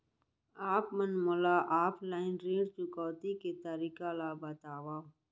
आप मन मोला ऑफलाइन ऋण चुकौती के तरीका ल बतावव?